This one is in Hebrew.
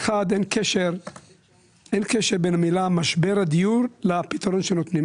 אין קשר בין המילה משבר הדיור לבין הפתרון שנותנים.